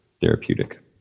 therapeutic